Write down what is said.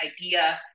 idea